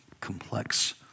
complex